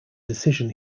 decision